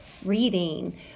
Reading